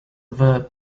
verb